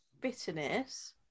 bitterness